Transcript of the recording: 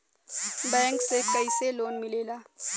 Bank से कइसे loan मिलेला?